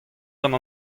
gant